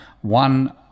one